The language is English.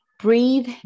Breathe